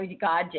God